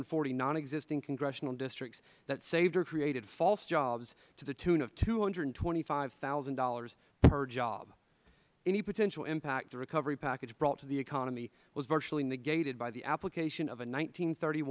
and forty non existing congressional districts that saved or created false jobs to the tune of two hundred and twenty five thousand dollars per job any potential impact the recovery package brought to the economy was virtually negated by the application of